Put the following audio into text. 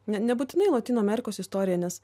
ne nebūtinai lotynų amerikos istorija nes